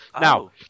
Now